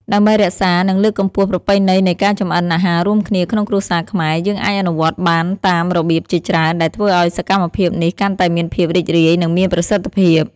ដើម្បីរក្សា និងលើកកម្ពស់ប្រពៃណីនៃការចម្អិនអាហាររួមគ្នាក្នុងគ្រួសារខ្មែរ យើងអាចអនុវត្តបានតាមរបៀបជាច្រើន ដែលធ្វើឱ្យសកម្មភាពនេះកាន់តែមានភាពរីករាយ និងមានប្រសិទ្ធភាព ។